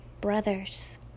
brothers